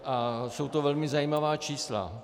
A jsou to velmi zajímavá čísla.